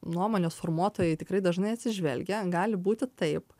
nuomonės formuotojai tikrai dažnai atsižvelgia gali būti taip